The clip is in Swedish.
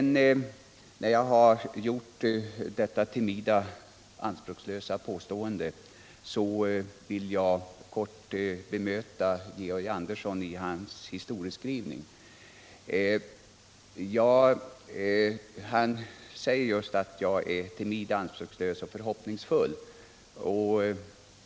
När jag har gjort detta timida, anspråkslösa påstående vill jag kort bemöta Georg Anderssons historieskrivning. Han säger just att jag är timid. anspråkslös och förhoppningsfull.